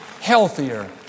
healthier